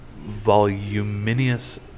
voluminous